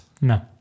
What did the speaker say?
No